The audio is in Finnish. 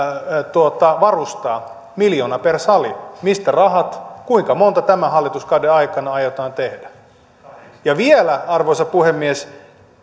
varustaa miljoona per sali mistä rahat kuinka monta tämän hallituskauden aikana aiotaan tehdä arvoisa puhemies